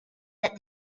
that